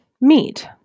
meat